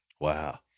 Wow